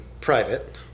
private